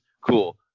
Cool